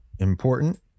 important